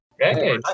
Hey